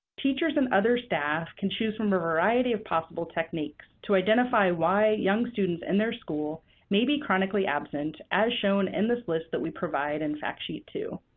teachers and other staff can choose from a variety of possible techniques to identify why young students in their school may be chronically absent, as shown in this list that we provide in fact sheet two.